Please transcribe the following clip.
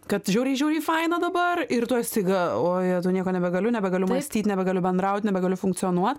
kad žiauriai žiauriai faina dabar ir tuoj staiga o jetau nieko nebegaliu nebegaliu mąstyt nebegaliu bendraut nebegaliu funkcionuot